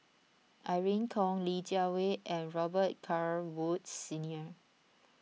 Irene Khong Li Jiawei and Robet Carr Woods Senior